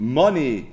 money